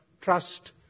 trust